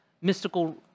mystical